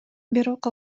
бирок